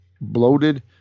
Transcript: bloated